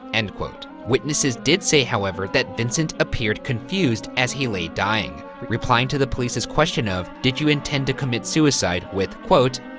end quote. witnesses did say, however, that vincent appeared confused as he lay dying, replying to the police's question of did you intend to commit suicide? with, quote,